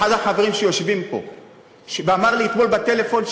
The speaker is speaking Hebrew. אחד החברים שיושבים פה אמר לי אתמול בטלפון,